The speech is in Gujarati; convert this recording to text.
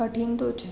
કઠિન તો છે